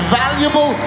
valuable